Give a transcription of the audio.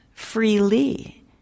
freely